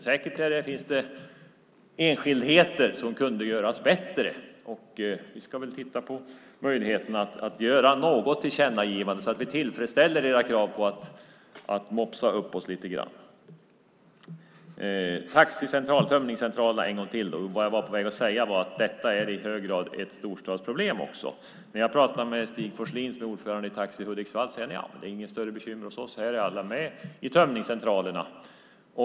Säkert finns det enskildheter som kunde göras bättre, och vi ska titta på möjligheterna att göra något tillkännagivande så att vi tillfredsställer era krav på att vi ska mopsa upp oss lite grann. Taxis tömningscentraler, en gång till: Vad jag var på väg att säga var att detta i hög grad är ett storstadsproblem. När jag pratar med Stig Forslin, som är ordförande i Taxi Hudiksvall, säger han: Det inte är något större bekymmer hos oss - här är alla med i tömningscentralerna.